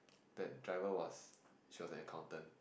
that driver was she was an accountant